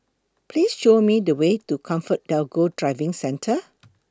Please Show Me The Way to ComfortDelGro Driving Centre